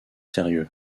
sérieux